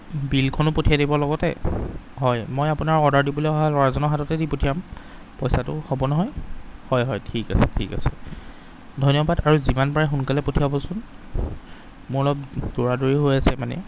বিলখনো পঠিয়াই দিব লগতে হয় মই আপোনাক অৰ্ডাৰ দিবলৈ অহা ল'ৰাজনৰ হাততে দি পঠিয়াম পইচাটো হ'ব নহয় হয় হয় ঠিক আছে ঠিক আছে ধন্যবাদ আৰু যিমান পাৰে সোনকালে পঠিয়াবচোন মোৰ অলপ দৌৰাদৌৰিও হৈ আছে মানে